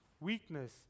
weakness